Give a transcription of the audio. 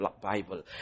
Bible